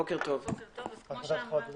בוקר טוב לכולם.